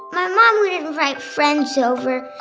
my mom would invite friends over,